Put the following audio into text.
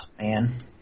Man